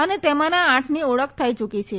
અને તેમાંના આઠની ઓળખ થઇ ચૂકી છે